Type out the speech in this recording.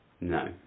No